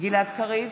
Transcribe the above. גלעד קריב,